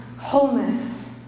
Wholeness